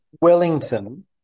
Wellington